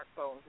smartphones